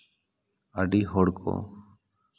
ᱟᱹᱰᱤ ᱦᱚᱲ ᱠᱚ